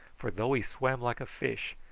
for though he swam like a fish,